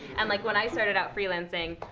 and like when i started out freelancing,